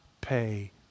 pay